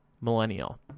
millennial